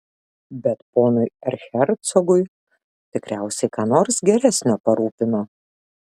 bet ponui erchercogui tikriausiai ką nors geresnio parūpino